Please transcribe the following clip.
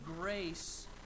grace